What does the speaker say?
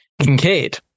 Kincaid